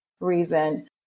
reason